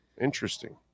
interesting